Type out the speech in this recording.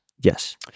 Yes